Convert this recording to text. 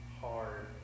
hard